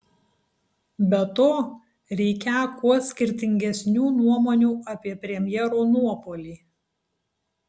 be to reikią kuo skirtingesnių nuomonių apie premjero nuopuolį